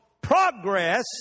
progress